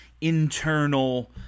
internal